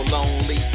lonely